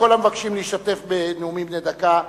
כל המבקשים להשתתף בנאומים בני דקה,